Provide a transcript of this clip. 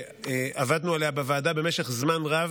שעבדנו עליה בוועדה במשך זמן רב,